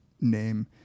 name